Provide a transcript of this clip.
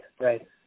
right